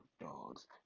dogs